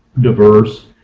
diverse,